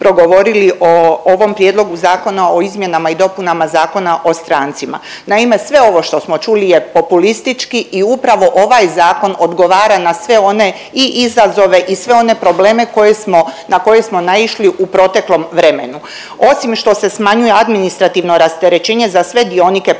progovorili o ovom Prijedlogu zakona o izmjenama i dopunama Zakona o strancima. Naime, sve ovo što smo čuli je populistički i upravo ovaj zakon odgovara na sve one i izazove i sve one probleme koje smo, na koje smo naišli u proteklom vremenu, osim što se smanjuje administrativno rasterećenje za sve dionike postupka.